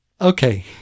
Okay